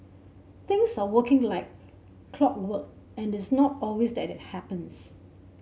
things are working like clockwork and it's not always that it happens